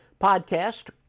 podcast